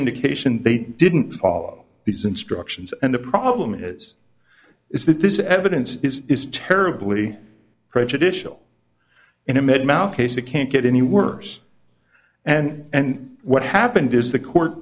indication they didn't follow these instructions and the problem is is that this evidence is terribly prejudicial in a mid mouth case it can't get any worse and what happened is the court